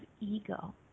ego